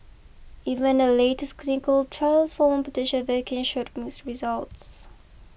even the latest clinical trials for one potential vaccine showed mixed results